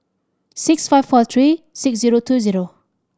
six five four three six zero two zero